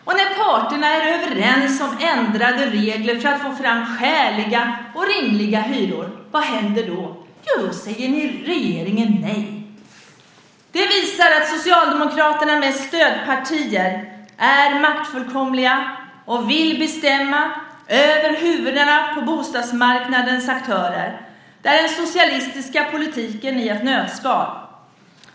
Och när parterna är överens om ändrade regler för att få fram skäliga och rimliga hyror - vad händer då? Jo, då säger regeringen nej. Det visar att Socialdemokraterna med stödpartier är maktfullkomliga och vill bestämma över huvudena på bostadsmarknadens aktörer. Det är den socialistiska politiken i ett nötskal.